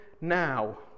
now